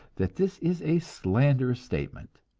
that this is a slanderous statement,